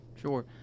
Sure